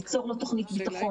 ליצור לו תוכנית ביטחון.